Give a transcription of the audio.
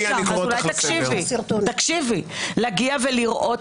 טלי, אני לא מרשה